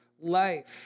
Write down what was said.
life